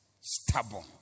stubborn